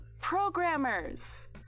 programmers